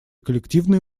коллективные